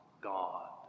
God